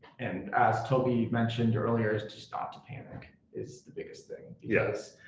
and as toby mentioned earlier, just not to panic is the biggest thing. yes.